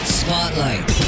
spotlight